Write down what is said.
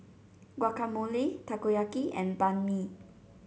Guacamole Takoyaki and Banh Mi